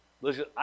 Listen